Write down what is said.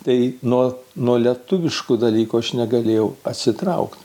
tai nuo nuo lietuviškų dalykų aš negalėjau atsitraukti